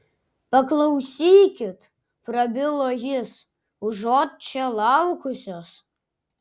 paklausykit prabilo jis užuot čia laukusios